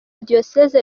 diyoseze